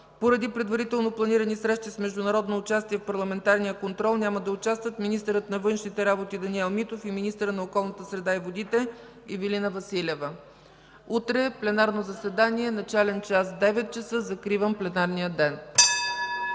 Поради предварително планирани срещи с международно участие, в парламентарния контрол няма да участват министърът на външните работи Даниел Митов и министърът на околната среда и водите Ивелина Василева. Утре, пленарното заседание е с начален час 9,00 ч. Закривам пленарния ден.